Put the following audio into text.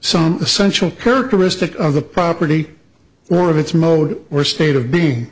some essential characteristic of the property or of its mode or state of be